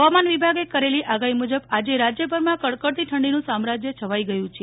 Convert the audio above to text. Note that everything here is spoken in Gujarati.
હવામાન વિભાગે કરેલી આગાહી મુજબ આજે રાજ્યભરમાં કડકડતી ઠંડીનું સામ્રાજ્ય છવાઈ ગયું છે